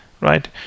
Right